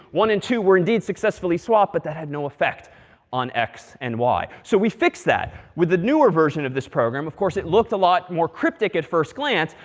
one and two were indeed successfully swapped, but that had no effect on x and y. so we fixed that. with the newer version of this program, of course, it looked a lot more cryptic at first glance,